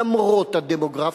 למרות הדמוגרפיה.